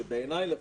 שבעיניי לפחות,